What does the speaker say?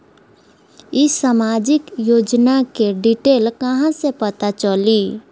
ई सामाजिक योजना के डिटेल कहा से पता चली?